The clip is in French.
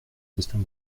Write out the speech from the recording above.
question